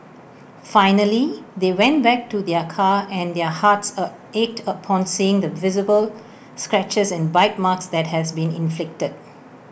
finally they went back to their car and their hearts A ached upon seeing the visible scratches and bite marks that had been inflicted